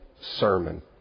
sermon